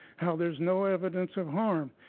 how there's no evidence of harm.